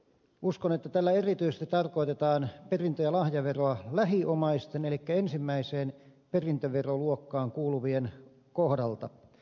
uskon että tällä erityisesti tarkoitetaan perintö ja lahjaveroa lähiomaisten elikkä ensimmäiseen perintöveroluokkaan kuuluvien kohdalta